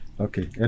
Okay